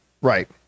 Right